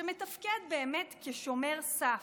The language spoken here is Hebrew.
מתפקד באמת כשומר סף.